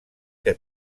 que